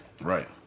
Right